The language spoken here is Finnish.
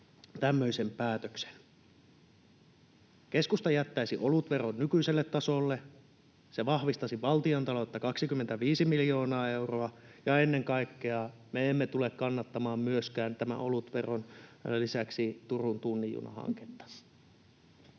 tämmöisen päätöksen. Keskusta jättäisi olutveron nykyiselle tasolle, se vahvistaisi valtiontaloutta 25 miljoonaa euroa. Ja ennen kaikkea me emme tule kannattamaan tämän olutveron lisäksi myöskään Turun tunnin juna ‑hanketta.